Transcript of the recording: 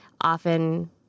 often